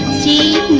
t